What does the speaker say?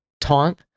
taunt